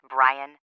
Brian